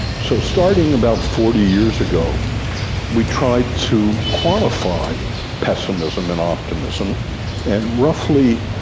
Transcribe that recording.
so starting about forty years ago we tried to quantify pessimism and optimism and, roughly,